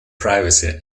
privacy